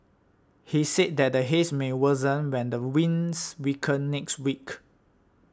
he said that the Haze may worsen when the winds weaken next week